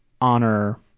honor